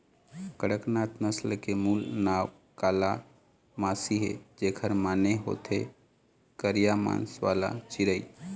कड़कनाथ नसल के मूल नांव कालामासी हे, जेखर माने होथे करिया मांस वाला चिरई